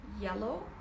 yellow